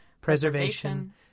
preservation